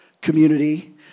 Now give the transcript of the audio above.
community